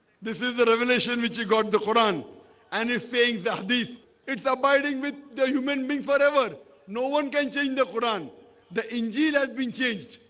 this is the revelation which he got the quran and he's saying that this it's abiding with the human being forever no one can change the quran the injeel has been changed.